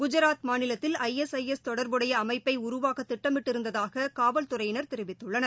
குஜராத் மாநிலத்தில் I S I S தொடர்புடைய அமைப்பை உருவாக்க திட்டமிட்டிருந்ததாக காவல்துறையினர் தெரிவித்துள்ளனர்